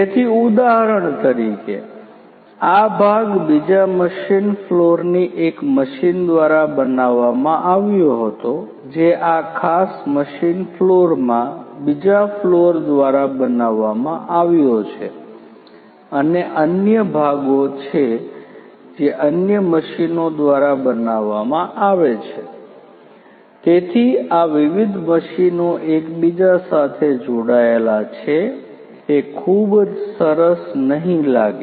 તેથી ઉદાહરણ તરીકે આ ભાગ બીજા મશીન ફ્લોરની એક મશીન દ્વારા બનાવવામાં આવ્યો હતો જે આ ખાસ મશીન ફ્લોરમાં બીજા ફ્લોર દ્વારા બનાવવામાં આવ્યો છે અને અન્ય ભાગો છે જે અન્ય મશીનો દ્વારા બનાવવામાં આવે છે તેથીઆ વિવિધ મશીનો એકબીજા સાથે જોડાયેલા છે તે ખૂબ સરસ નહીં લાગે